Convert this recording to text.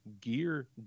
gear